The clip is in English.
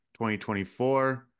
2024